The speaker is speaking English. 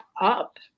up